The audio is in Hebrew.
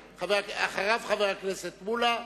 חבר הכנסת מולה.